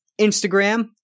Instagram